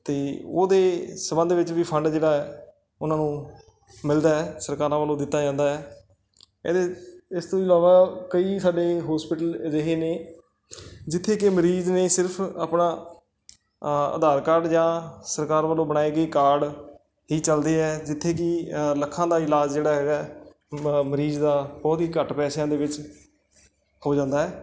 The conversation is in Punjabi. ਅਤੇ ਉਸ ਦੇ ਸੰਬੰਧ ਵਿੱਚ ਵੀ ਫੰਡ ਜਿਹੜਾ ਹੈ ਉਹਨਾਂ ਨੂੰ ਮਿਲਦਾ ਹੈ ਸਰਕਾਰਾਂ ਵੱਲੋਂ ਦਿੱਤਾ ਜਾਂਦਾ ਹੈ ਇਹਦੇ ਇਸ ਤੋਂ ਇਲਾਵਾ ਕਈ ਸਾਡੇ ਹੋਸਪਿਟਲ ਅਜਿਹੇ ਨੇ ਜਿੱਥੇ ਕਿ ਮਰੀਜ਼ ਨੇ ਸਿਰਫ਼ ਆਪਣਾ ਆਹ ਆਧਾਰ ਕਾਰਡ ਜਾਂ ਸਰਕਾਰ ਵੱਲੋਂ ਬਣਾਏ ਗਏ ਕਾਰਡ ਹੀ ਚਲਦੇ ਹੈ ਜਿੱਥੇ ਕਿ ਲੱਖਾਂ ਦਾ ਇਲਾਜ ਜਿਹੜਾ ਹੈਗਾ ਹੈ ਮ ਮਰੀਜ਼ ਦਾ ਬਹੁਤ ਹੀ ਘੱਟ ਪੈਸਿਆਂ ਦੇ ਵਿੱਚ ਹੋ ਜਾਂਦਾ ਹੈ